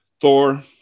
Thor